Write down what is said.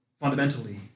fundamentally